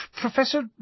Professor